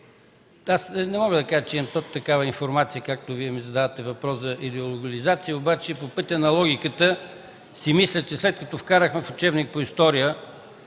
не мога да кажа, че имам точно такава информация, както Вие задавате въпроса за идеологизация, но по пътя на логиката си мисля, че след като вкарахме в учебник по история,